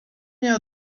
nie